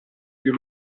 più